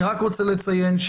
אני רק רוצה לציין,